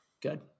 Good